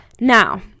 Now